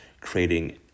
creating